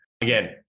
Again